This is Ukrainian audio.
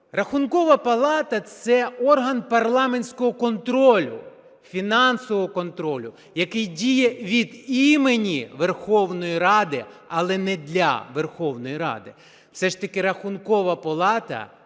Рахункова палата – це орган парламентського контролю, фінансового контролю, який діє від імені Верховної Ради, але не для Верховної Ради. Все ж таки Рахункова палата